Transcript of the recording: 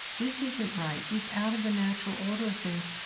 this isn't right, it's out of the natural order of things.